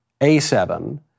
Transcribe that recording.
A7